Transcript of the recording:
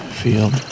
field